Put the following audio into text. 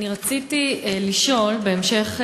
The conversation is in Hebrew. אני רציתי לשאול בהמשך,